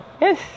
Yes